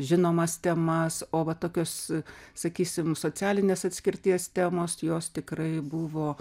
žinomas temas o va tokios sakysim socialinės atskirties temos jos tikrai buvo